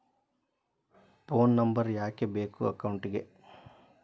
Phone number ಯಾಕೆ ಬೇಕು ಅಕೌಂಟಿಗೆ?